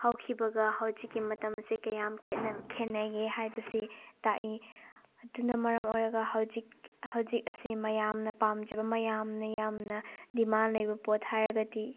ꯍꯧꯈꯤꯕꯒ ꯍꯧꯖꯤꯛꯀꯤ ꯃꯇꯝꯁꯦ ꯀꯌꯥꯝ ꯈꯦꯅꯒꯦ ꯍꯥꯏꯕꯁꯤ ꯇꯥꯛꯏ ꯑꯗꯨꯅ ꯃꯔꯝ ꯑꯣꯏꯔꯒ ꯍꯧꯖꯤꯛ ꯍꯧꯖꯤꯛ ꯑꯁꯤ ꯃꯌꯥꯝꯅ ꯄꯥꯝꯖꯕ ꯃꯌꯥꯝꯅ ꯌꯥꯝꯅ ꯗꯤꯃꯥꯟ ꯂꯩꯕ ꯄꯣꯠ ꯍꯥꯏꯔꯒꯗꯤ